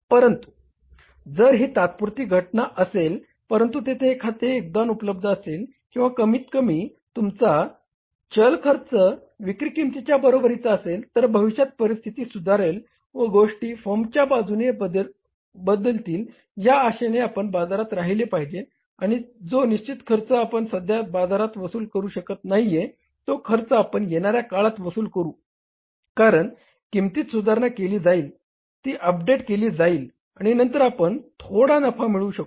परंतु जर ही तात्पुरती घटना असेल परंतु तेथे एखादे योगदान उपलब्ध असेल किंवा कमीतकमी तुमचा चल खर्च विक्री किंमतीच्या बरोबरीची असेल तर भविष्यात परिस्थिती सुधारेल व गोष्टी फर्मच्या बाजूने बदलतील या आशेने आपण बाजारातच राहिले पाहिजे आणि जो निश्चित खर्च आपण सध्या बाजारातून वसूल करू शकत नाहीये तो खर्च आपण येणाऱ्या काळात वसूल करू कारण किंमतीत सुधारणा केली जाईल ती अपडेट केली जाईल आणि नंतर आपण थोडा नफा मिळवू शकू